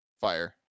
fire